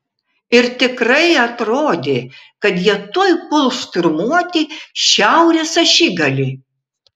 ir tikrai atrodė kad jie tuoj puls šturmuoti šiaurės ašigalį